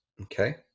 Okay